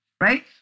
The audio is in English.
Right